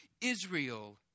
Israel